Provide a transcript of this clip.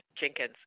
Jenkins